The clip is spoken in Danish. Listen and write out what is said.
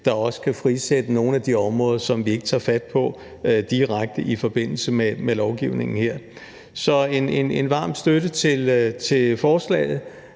der også kan frisætte nogle af de områder, som vi ikke tager fat på direkte i forbindelse med i lovgivningen her. Så herfra en varm støtte til forslaget.